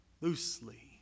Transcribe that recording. loosely